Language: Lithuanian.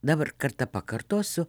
dabar kartą pakartosiu